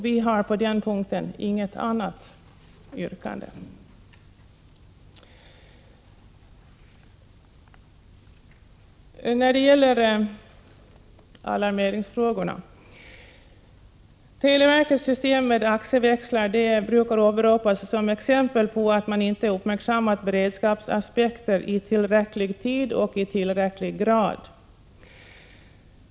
Vi har på den punkten inget annat yrkande. Jag vill också säga något om alarmeringsfrågorna. Televerkets system med AXE-växlar brukar åberopas som exempel på att man inte uppmärksammat beredskapsaspekten i tillräcklig tid och grad.